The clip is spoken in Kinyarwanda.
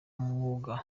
mwuga